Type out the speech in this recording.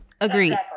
Agreed